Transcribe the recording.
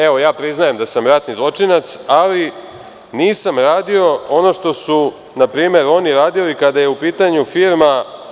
Evo, ja priznajem da sam ratni zločinac, ali nisam radio ono što su na primer oni radili kada je u pitanju firma…